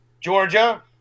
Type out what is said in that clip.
Georgia